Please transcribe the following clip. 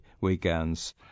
weekends